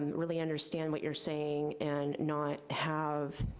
really understand what you're saying and not have